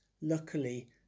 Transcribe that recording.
luckily